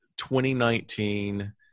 2019